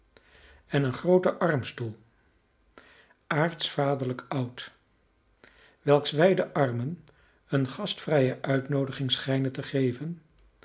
en een grooten armstoel aartsvaderlijk oud welks wijde armen een gastvrije uitnoodiging schijnen te geven